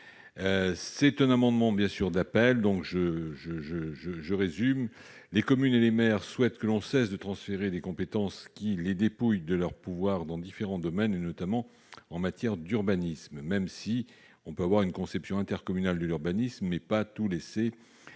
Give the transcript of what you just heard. d'un amendement d'appel. Les communes et les maires souhaitent que l'on cesse de transférer des compétences qui les dépouillent de leur pouvoir dans différents domaines, notamment en matière d'urbanisme. Même si l'on peut avoir une conception intercommunale de l'urbanisme, il importe de